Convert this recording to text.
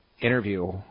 interview